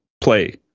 play